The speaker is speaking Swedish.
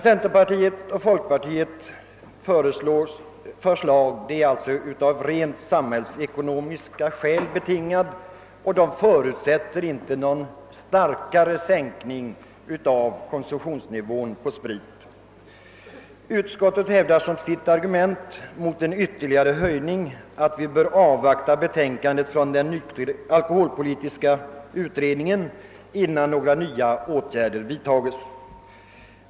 Centerpartiets och folkpartiets förslag är alltså betingat av rent samhällsekonomiska skäl och det förutsätter inte någon starkare sänkning av konsumtionsnivån för sprit. Utskottet hävdar som sitt argument mot en ytterligare höjning att vi bör avvakta betänkandet från den alkoholpolitiska utredningen innan några nya åtgärder vidtas.